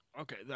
Okay